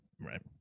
Right